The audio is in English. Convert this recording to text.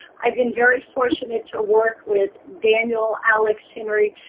i've been very fortunate to work with daniel, alex, henry,